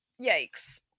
yikes